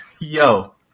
Yo